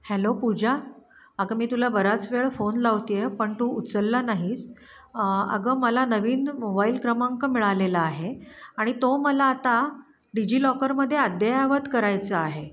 hello Pooja अगं मी तुला बराच वेळ फोन लावते आहे पण तू उचलला नाही आहेस अगं मला नवीन मोबाईल क्रमांक मिळालेला आहे आणि तो मला आता डिजिलॉकरमध्ये अद्ययावत करायचा आहे